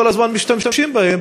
כל הזמן משתמשים בהם,